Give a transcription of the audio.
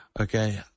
okay